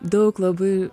daug labai